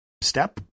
step